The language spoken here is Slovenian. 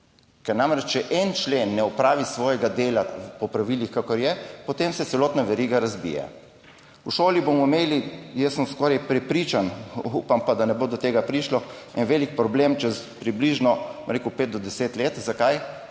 Ker namreč, če en člen ne opravi svojega dela po pravilih, kakor je, potem se celotna veriga razbije. V šoli bomo imeli, jaz sem skoraj prepričan, upam pa, da ne bo do tega prišlo, en velik problem čez približno, bom rekel, pet do deset let. Zakaj?